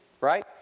right